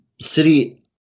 city